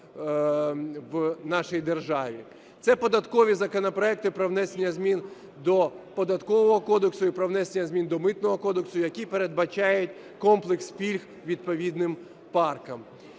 Це податкові законопроекти про внесення змін до Податкового кодексу і про внесення змін до Митного кодексу, які передбачають комплекс пільг відповідним паркам.